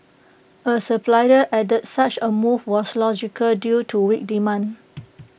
A supplier added such A move was logical due to weak demand